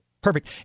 Perfect